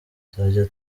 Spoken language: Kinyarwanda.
tuzajya